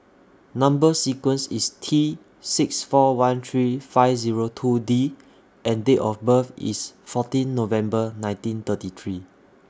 Number sequence IS T six four one three five Zero two D and Date of birth IS fourteen November nineteen thirty three